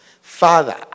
Father